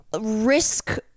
risk